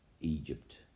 Egypt